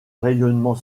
rayonnement